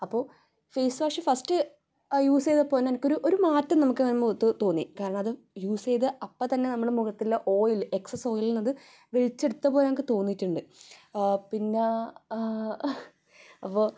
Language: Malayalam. അപ്പോൾ ഫേസ് വാഷ് ഫസ്റ്റ് യൂസ് ചെയ്തപ്പോൾ തന്നെ എനിക്കൊരു ഒരു മാറ്റം നമുക്ക് ആ മുഖത്ത് തോന്നി കാരണം അത് യൂസ് ചെയ്ത അപ്പം തന്നെ നമ്മുടെ മുഖത്തിൽ ഓയില് എക്സ്സ് ഓയിലിനെ അത് വെലിച്ചെടുത്ത പോലെ എനിക്ക് തോന്നിയിട്ടുണ്ട് പിന്നെ അപ്പോൾ